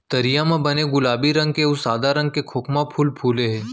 तरिया म बने गुलाबी रंग के अउ सादा रंग के खोखमा फूल फूले हे